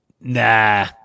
Nah